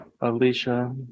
Alicia